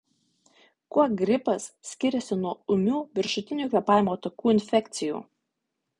kuo gripas skiriasi nuo ūmių viršutinių kvėpavimo takų infekcijų